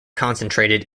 concentrated